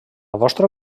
vostra